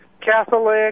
Catholic